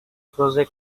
project